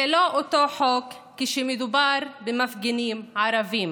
זה לא אותו חוק כשמדובר במפגינים ערבים.